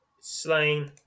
Slain